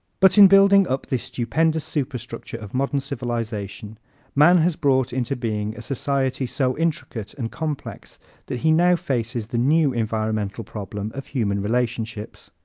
but in building up this stupendous superstructure of modern civilization man has brought into being a society so intricate and complex that he now faces the new environmental problem of human relationships.